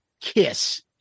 KISS